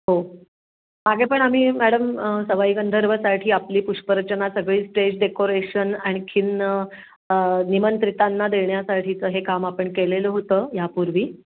हो मागे पण आम्ही मॅडम सवाई गंधर्वसाठी आपली पुष्परचना सगळी स्टेज डेकोरेशन आणखीन निमंत्रितांना देण्यासाठीचं हे काम आपण केलेलं होतं ह्यापूर्वी